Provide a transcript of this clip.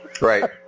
right